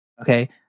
Okay